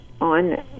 on